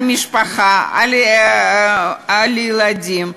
על המשפחה, על הילדים.